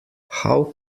how